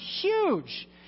Huge